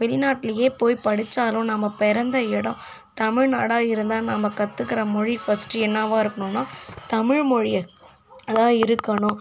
வெளிநாட்லேயே போய் படித்தாலும் நம்ம பிறந்த எடம் தமிழ்நாடாக இருந்தால் நம்ம கத்துக்கிற மொழி ஃபர்ஸ்ட் என்னவாக இருக்கணும்னா தமிழ்மொழியாக தான் இருக்கணும்